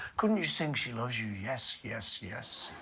couldn't you sing she loves you yes, yes, yes?